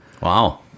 wow